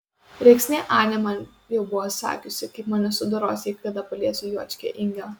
rėksnė anė man jau buvo sakiusi kaip mane sudoros jei kada paliesiu juočkę ingą